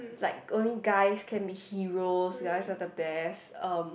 like only guys can be heroes guys are the best um